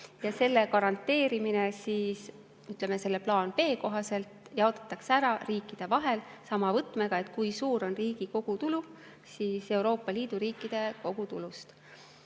Selle garanteerimine, ütleme, selle plaani B kohaselt jaotatakse ära riikide vahel sama võtmega, et kui suur osa on riigi kogutulul Euroopa Liidu riikide kogutulus.